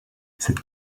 cette